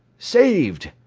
saved!